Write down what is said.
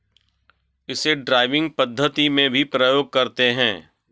इसे ड्राइविंग पद्धति में भी प्रयोग करते हैं